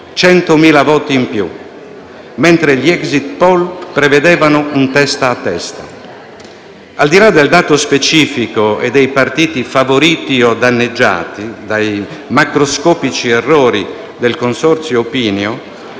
100.000 voti in più), mentre gli *exit poll* prevedevano un testa a testa. Al di là del dato specifico e dei partiti favoriti o danneggiati dai macroscopici errori del Consorzio Opinio